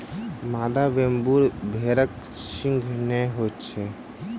मादा वेम्बूर भेड़क सींघ नै होइत अछि